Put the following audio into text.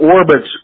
orbits